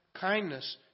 kindness